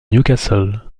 newcastle